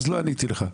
אז לא עניתי לך.